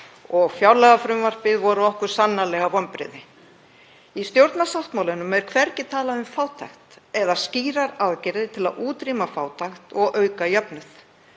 og fjárlagafrumvarpið voru okkur sannarlega vonbrigði. Í stjórnarsáttmálanum er hvergi talað um fátækt eða skýrar aðgerðir til að útrýma fátækt og auka jöfnuð.